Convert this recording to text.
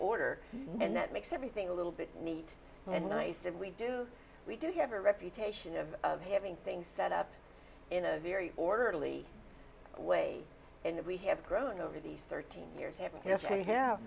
order and that makes everything a little bit neat and nice and we do we do have a reputation of having things set up in a very orderly way and we have grown over these thirteen years